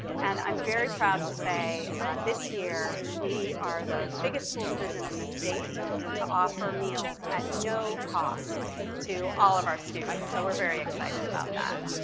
and i'm very proud to say this year, we are the biggest school division in the state to offer meals at no cost to all of our students. so we're very excited about that.